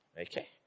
Okay